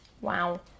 Wow